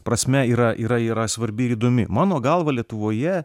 prasme yra yra yra svarbi ir įdomi mano galva lietuvoje